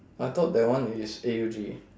I thought that one is A_U_G